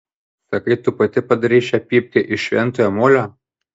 sakai tu pati padarei šią pypkę iš šventojo molio